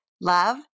love